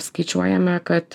skaičiuojame kad